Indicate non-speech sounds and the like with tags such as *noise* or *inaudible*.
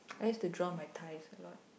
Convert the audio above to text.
*noise* I used to draw my thighs a lot